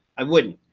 i wouldn't.